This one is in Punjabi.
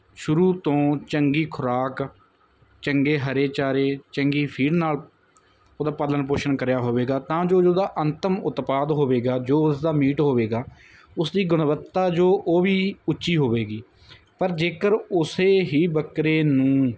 ਸ਼ੁਰੂ ਤੋਂ ਚੰਗੀ ਖੁਰਾਕ ਚੰਗੇ ਹਰੇ ਚਾਰੇ ਚੰਗੀ ਫੀਡ ਨਾਲ ਉਹਦਾ ਪਾਲਣ ਪੋਸ਼ਣ ਕਰਿਆ ਹੋਵੇਗਾ ਤਾਂ ਜੋ ਜੋ ਉਹਦਾ ਅੰਤਿਮ ਉਤਪਾਦ ਹੋਵੇਗਾ ਜੋ ਉਸ ਦਾ ਮੀਟ ਹੋਵੇਗਾ ਉਸ ਦੀ ਗੁਣਵੱਤਾ ਜੋ ਉਹ ਵੀ ਉੱਚੀ ਹੋਵੇਗੀ ਪਰ ਜੇਕਰ ਉਸੇ ਹੀ ਬੱਕਰੇ ਨੂੰ